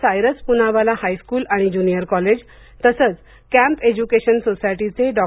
Cyrus Poonawalla high school आणि junior college तसेच camp education सोसायटीचे डॉ